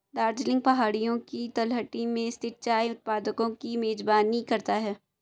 दार्जिलिंग पहाड़ियों की तलहटी में स्थित चाय उत्पादकों की मेजबानी करता है